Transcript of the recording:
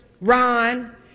Ron